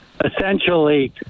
Essentially